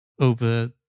over